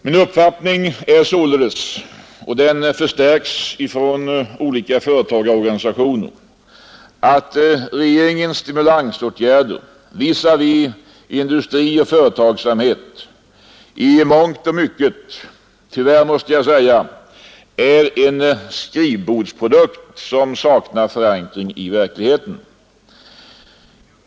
Min uppfattning är således, och den förstärks från olika företagarorganisationer, att regeringens stimulansåtgärder visavi industri och företagsamhet i mångt och mycket — tyvärr måste jag säga — är en skrivbordsprodukt som saknar förankring i verkligheten.